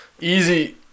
Easy